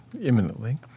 imminently